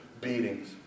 beatings